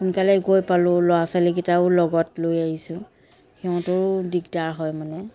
সোনকালে গৈ পালোঁ ল'ৰা ছোৱালীকেইটাও লগত লৈ আহিছোঁ সিহঁতৰো দিগদাৰ হয় মানে